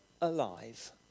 alive